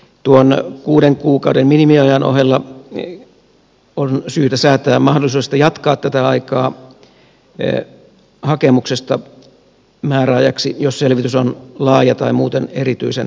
tuon kuuden kuukauden minimiajan ohella on syytä säätää mahdollisuudesta jatkaa tätä aikaa hakemuksesta määräajaksi jos selvitys on laaja tai muuten erityisen vaativa